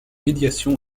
médiation